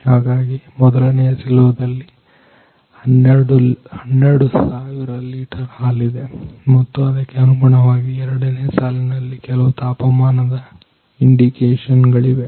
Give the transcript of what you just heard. ಹಾಗಾಗಿ ಮೊದಲನೆಯ ಸಿಲೋದಲ್ಲಿ 12000 ಲೀಟರ್ ಹಾಲಿದೆ ಮತ್ತು ಅದಕ್ಕೆ ಅನುಗುಣವಾಗಿ ಎರಡನೇ ಸಾಲಿನಲ್ಲಿ ಕೆಲವು ತಾಪಮಾನದ ಇಂಡಿಕೇಶನ್ ಗಳಿವೆ